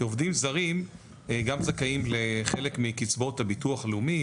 כי עובדים זרים גם זכאים לחלק מקצבאות הביטוח הלאומי,